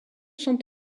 sont